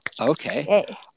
Okay